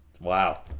Wow